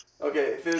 okay